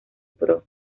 pro